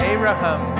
Abraham